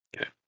Okay